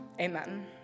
amen